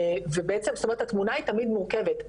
ובעצם זאת אומרת התמונה היא תמיד מורכבת,